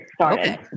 okay